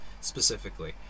specifically